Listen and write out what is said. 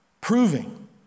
proving